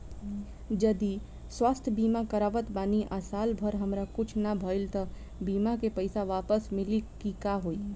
जदि स्वास्थ्य बीमा करावत बानी आ साल भर हमरा कुछ ना भइल त बीमा के पईसा वापस मिली की का होई?